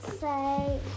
say